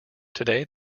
today